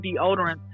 deodorant